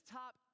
top